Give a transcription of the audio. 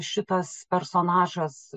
šitas personažas